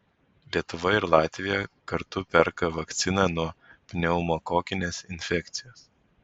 lietuva ir latvija kartu perka vakciną nuo pneumokokinės infekcijos